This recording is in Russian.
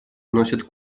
носят